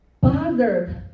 bothered